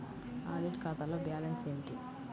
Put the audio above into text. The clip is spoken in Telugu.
ఆడిట్ ఖాతాలో బ్యాలన్స్ ఏమిటీ?